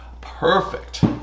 perfect